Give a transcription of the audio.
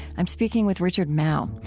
i'm speaking with richard mouw.